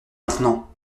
maintenant